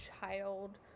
child